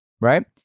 right